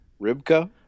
Ribka